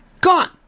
Gone